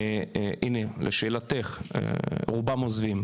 הנה, לשאלתך, רובם עוזבים.